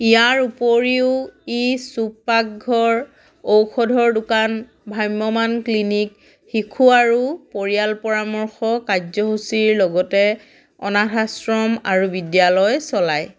ইয়াৰ উপৰিও ই ছুপ পাকঘৰ ঔষধৰ দোকান ভ্ৰাম্যমাণ ক্লিনিক শিশু আৰু পৰিয়াল পৰামৰ্শ কাৰ্যসূচীৰ লগতে অনাথ আশ্ৰম আৰু বিদ্যালয় চলায়